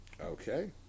Okay